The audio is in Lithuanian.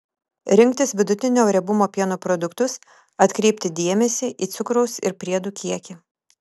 rinktis vidutinio riebumo pieno produktus atkreipti dėmesį į cukraus ir priedų kiekį